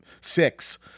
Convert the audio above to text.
six